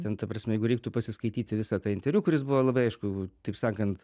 ten ta prasme jeigu reiktų pasiskaityti visą tą interviu kuris buvo labai aišku taip sakant